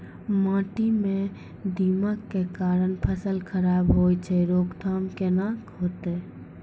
माटी म दीमक के कारण फसल खराब होय छै, रोकथाम केना होतै?